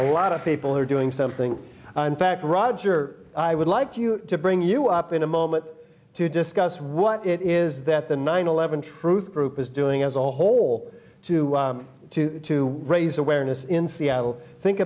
a lot of people are doing something in fact roger i would like you to bring you up in a moment to discuss what it is that the nine eleven truth group is doing as a whole to raise awareness in seattle think